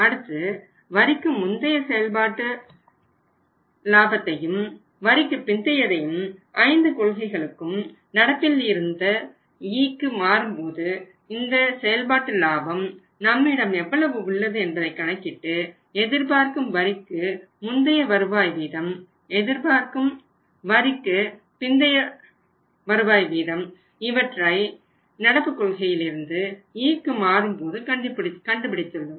அடுத்து வரிக்கு முந்தைய செயல்பாட்டு லாபத்தையும் வரிக்கு பிந்தையதையும் 5 கொள்கைகளுக்கும் நடப்பில் இருந்த Eக்கு மாறும்போது இந்த செயல்பாட்டு லாபம் நம்மிடம் எவ்வளவு உள்ளது என்பதை கணக்கிட்டு எதிர்பார்க்கும் வரிக்கு முந்தைய வருவாய் வீதம் எதிர்பார்க்கும் வரிக்குப் பிந்தைய வருவாய் வீதம் இவற்றை நடப்பு கொள்கையிலிருந்து Eக்கு மாறும்போது கண்டுபிடித்துள்ளோம்